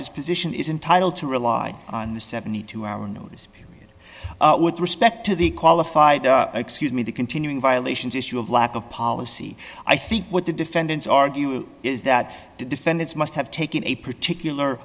scientist position is entitle to rely on the seventy two hour notice period with respect to the qualified excuse me the continuing violations issue of lack of policy i think what the defendants argue is that the defendants must have taken a particular